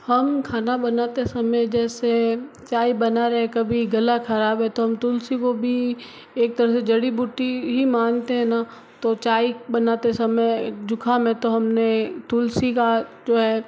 हम खाना बनाते समय जैसे चाय बना रहे कभी गला ख़राब है तो तुलसी को भी एक तरह से जड़ी बूटी ही मानते हैं ना तो चाय बनाते समय एक जुकाम है तो हमने तुलसी का जो है